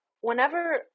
whenever